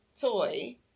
toy